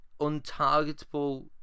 untargetable